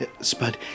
Spud